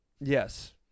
Yes